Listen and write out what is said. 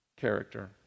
character